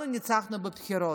אנחנו ניצחנו בבחירות.